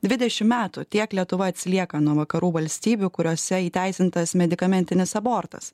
dvidešim metų tiek lietuva atsilieka nuo vakarų valstybių kuriose įteisintas medikamentinis abortas